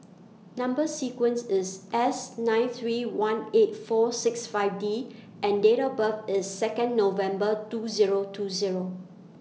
Number sequence IS S nine three one eight four six five D and Date of birth IS Second November two Zero two Zero